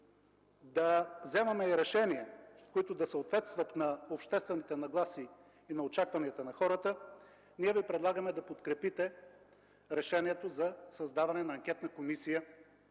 да вземаме и решения, които да съответстват на обществените нагласи и на очакванията на хората, ние Ви предлагаме да подкрепите решението за създаване на анкетна комисия